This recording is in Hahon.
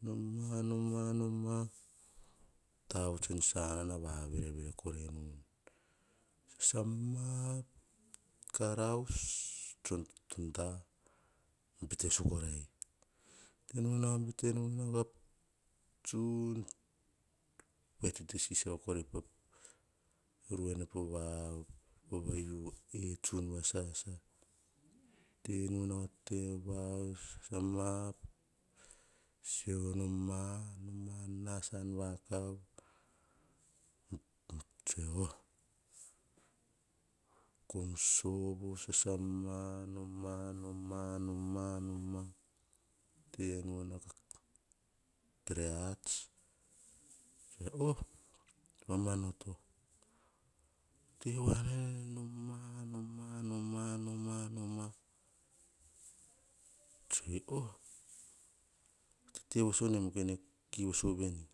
Noma, noma, noma, tavuts en sanana va verevere korai, nu sasama, kaaus tson ti to da bete so korai, bete nu nau, bete nu nau, tsun va tete sisio korai nu pa ruwene po vai ietsun va sasa, tete nu nau sasama, sisiono ma nas an vakav kom sovo, sasama, noma, noma, noma, noma te nu nau, re ats, oh!, vamanoto. Te wa na, nene noma, noma, noma, noma. Tsue kora, tete vosuem nem kene ki voso veni.